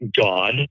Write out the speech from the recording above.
God